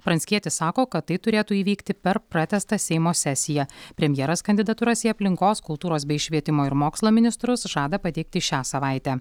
pranckietis sako kad tai turėtų įvykti per pratęstą seimo sesiją premjeras kandidatūras į aplinkos kultūros bei švietimo ir mokslo ministrus žada pateikti šią savaitę